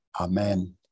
Amen